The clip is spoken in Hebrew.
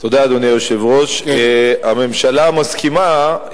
אדוני היושב-ראש, תודה, הממשלה מסכימה.